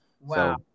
Wow